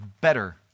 better